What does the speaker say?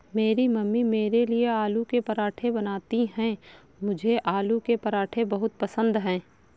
मेरी मम्मी मेरे लिए आलू के पराठे बनाती हैं मुझे आलू के पराठे बहुत पसंद है